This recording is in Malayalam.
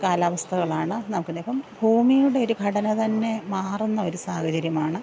കാലാവസ്ഥകളാണ് നമുക്കിന്നിപ്പം ഭൂമിയുടെ ഒരു ഘടന തന്നെ മാറുന്ന ഒരു സാഹചര്യമാണ്